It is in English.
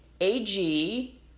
AG